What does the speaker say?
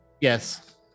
Yes